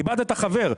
איבדת חבר.